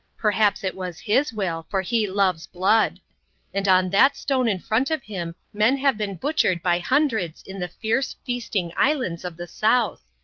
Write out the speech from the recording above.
perhaps it was his will, for he loves blood and on that stone in front of him men have been butchered by hundreds in the fierce, feasting islands of the south.